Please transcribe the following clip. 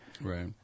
Right